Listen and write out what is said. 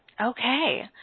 Okay